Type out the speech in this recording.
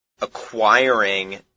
acquiring